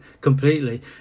completely